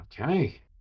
Okay